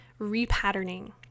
repatterning